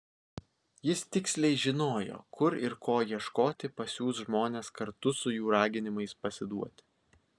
jis tiksliai žinojo kur ir ko ieškoti pasiųs žmones kartu su jų raginimais pasiduoti